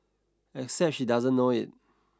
except she doesn't know it